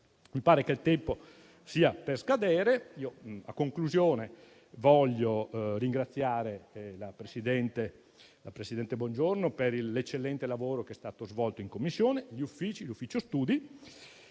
Mi sembra che il tempo stia per scadere: in conclusione, vorrei ringraziare la presidente Bongiorno per l'eccellente lavoro che è stato svolto in Commissione, gli uffici e l'ufficio studi.